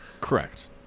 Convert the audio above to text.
Correct